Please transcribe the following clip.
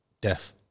Death